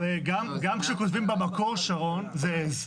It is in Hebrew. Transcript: גם כשכותבים במקור, שרון, זה עז,